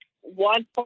one